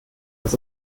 das